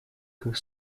как